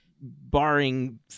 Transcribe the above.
barring